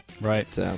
Right